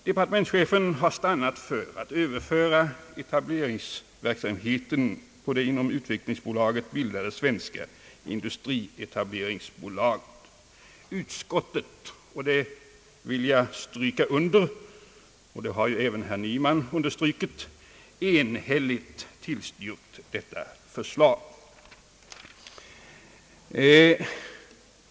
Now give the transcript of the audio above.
Departementschefen har stannat för att överföra etableringsverksamheten på det inom utvecklingsbolaget bildade svenska industrietableringsaktiebolaget. Utskottet har — det vill jag understryka vilket även herr Nyman gjort — enhälligt tillstyrkt detta förslag.